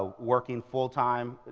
working full time,